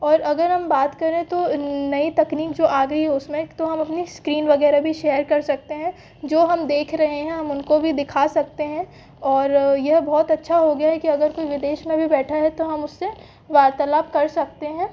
और अगर हम बात करें तो नई तकनीक जो आ गई है उस में तो हम अपनी इस्क्रीन वग़ैरह भी शेयर कर सकते हैं जो हम देख रहे हैं हम उनको भी दिखा सकते हैं और यह बहुत अच्छा हो गया है कि अगर कोई विदेश में भी बैठा है तो हम उससे वार्तालाप कर सकते हैं